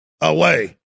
away